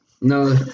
No